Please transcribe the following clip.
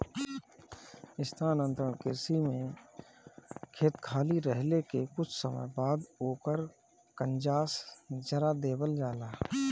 स्थानांतरण कृषि में खेत खाली रहले के कुछ समय बाद ओकर कंजास जरा देवल जाला